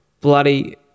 bloody